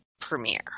premiere